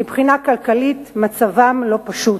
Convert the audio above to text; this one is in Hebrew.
מבחינה כלכלית מצבם לא פשוט,